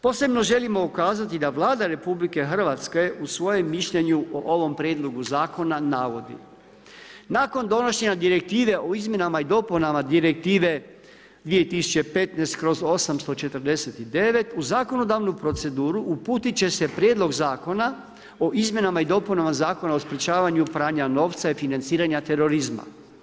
Posebno želimo ukazati da Vlada RH u svojem mišljenju o ovom prijedlogu zakona navodi: nakon donošenja direktive o izmjenama i dopunama direktive 2015/849 u zakonodavnu proceduru uputit će se prijedlog zakona o izmjenama i dopunama Zakona o sprečavanju pranja novca i financiranja terorizma.